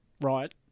right